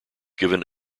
given